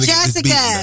Jessica